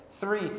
Three